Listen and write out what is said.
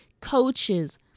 coaches